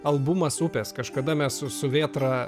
albumas upės kažkada mes su vėtra